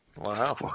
Wow